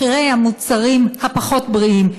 מחירי המוצרים הפחות-בריאים,